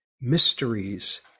mysteries